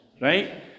right